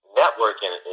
networking